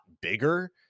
bigger